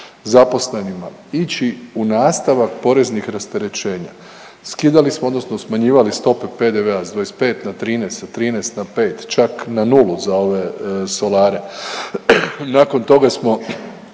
zaposlenima ići u nastavak poreznih rasterećenja, skidali smo odnosno smanjivali stope PDV-a s 25 na 13 sa 13 na 5, čak na nulu za ove solare. Nakon toga smo